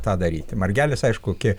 tą daryti margelis aišku kiek